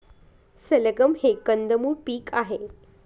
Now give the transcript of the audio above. सलगम हे कंदमुळ पीक आहे